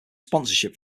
sponsorship